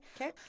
okay